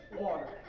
water